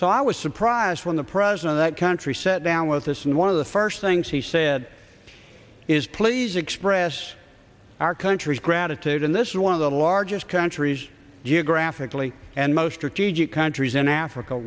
so i was surprised when the president that country sat down with us and one of the first things he said is please express our country's gratitude and this is one of the largest countries geographically and most of g g countries in africa